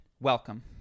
welcome